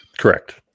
Correct